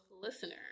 listener